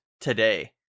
today